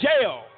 jail